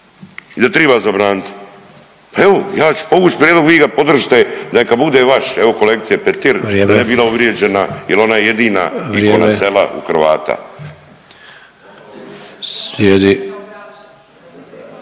i da triba zabraniti. Pa evo ja ću povući prijedlog vi ga podržite neka bude vaš, evo kolegica Petir da ne bi bila uvrijeđena jer ona je jedina ikona sela u Hrvata.